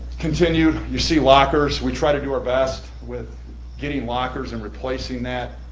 continued, you see lockers, we try to do our best with getting lockers and replacing that.